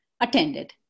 Attended